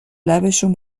لبشون